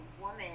woman